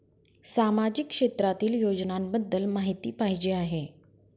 सामाजिक क्षेत्रातील योजनाबद्दल माहिती पाहिजे आहे?